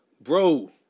Bro